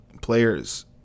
players